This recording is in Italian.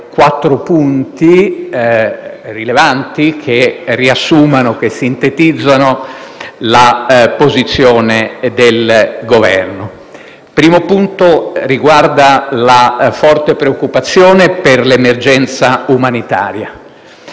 quattro punti rilevanti che riassumono e sintetizzano la posizione del Governo. Il primo punto, riguarda la forte preoccupazione per l'emergenza umanitaria;